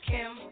Kim